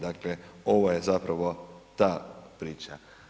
Dakle, ovo je zapravo ta priča.